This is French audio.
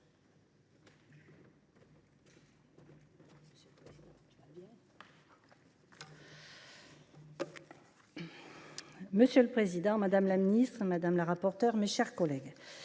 Monsieur le président, monsieur le ministre, madame la rapporteure, mes chers collègues,